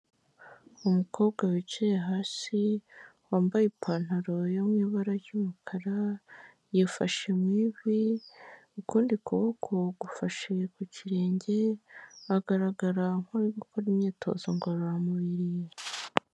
Umukobwa wicaye hasi wambaye ipantaro mu ibara ry'umukara yafashe mu ivi ukundi kuboko gufashe ku kirenge agaragara nkuri gukora imyitozo ngororamubiri.